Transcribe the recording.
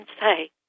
say